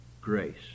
grace